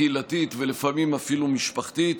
קהילתית ולפעמים אפילו משפחתית,